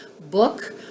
book